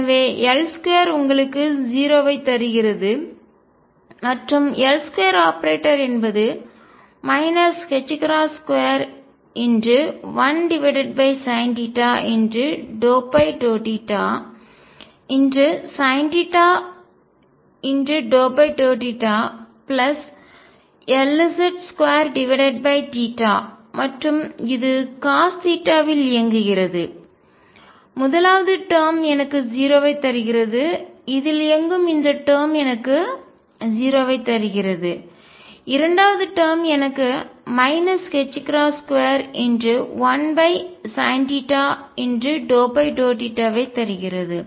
எனவே L2 உங்களுக்கு 0 ஐ தருகிறது மற்றும் L2 ஆபரேட்டர் என்பது ℏ21sinθ∂θsinθ∂θLz2 மற்றும் இது காஸ் θ இல் இயங்குகிறது முதலாவது டேர்ம் எனக்கு 0 ஐ தருகிறது இதில் இயங்கும் இந்த டேர்ம் எனக்கு 0 ஐ தருகிறது இரண்டாவது டேர்ம் எனக்கு ℏ21sinθ∂θ ஐ தருகிறது